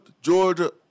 Georgia